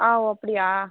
அப்படியா